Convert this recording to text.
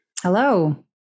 Hello